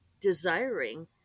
desiring